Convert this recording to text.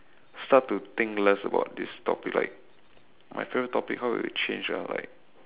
start to think less about this topic like my favorite topic how will it change ah like